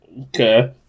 Okay